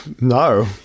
No